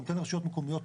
אתה נותן לרשויות מקומיות,